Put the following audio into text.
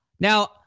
Now